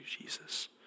Jesus